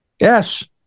Yes